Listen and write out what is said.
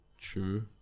true